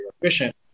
efficient